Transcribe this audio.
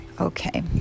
Okay